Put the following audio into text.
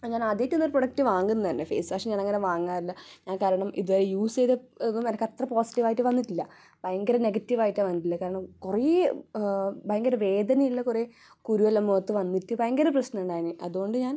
ആ ആദ്യമായിട്ട് ഇത് ഒരു പ്രോഡക്റ്റ് വാങ്ങുന്നത് തന്നെ ഫേസ് വാഷ് ഞാൻ അങ്ങനെ വാങ്ങാറില്ല ഞാൻ കാരണം ഇത് യൂസ് ചെയ്ത അതൊന്നും എനിക്ക് അത്ര പോസിറ്റീവായിട്ട് വന്നിട്ടില്ല ഭയങ്കര നെഗറ്റീവായിട്ടാ വന്നിട്ടുള്ളത് കാരണം കുറേ ഭയങ്കര വേദനയുള്ള കുറേ കുരുവെല്ലാം മുഖത്ത് വന്നിട്ട് ഭയങ്കര പ്രശ്നമുണ്ടായിന് അതുകൊണ്ട് ഞാൻ